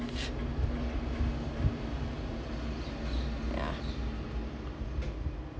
ya